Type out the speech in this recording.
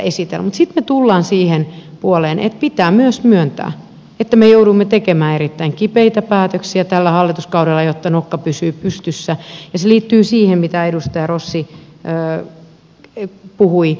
mutta sitten me tulemme siihen puoleen että pitää myös myöntää että me joudumme tekemään erittäin kipeitä päätöksiä tällä hallituskaudella jotta nokka pysyy pystyssä ja se liittyy siihen mitä edustaja rossi puhui